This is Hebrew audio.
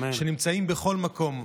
שנמצאים בכל מקום.